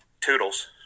Toodles